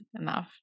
enough